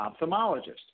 ophthalmologist